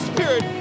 Spirit